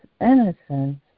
innocence